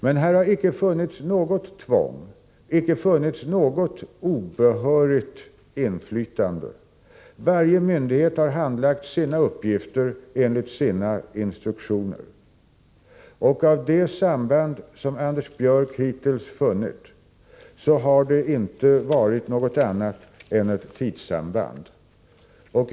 Men här har icke funnits något tvång, icke något obehörigt inflytande. Varje myndighet har handlagt sina uppgifter enligt sina instruktioner. Av det samband som Anders Björck hittills funnit har det inte varit något annat än ett tidssamband.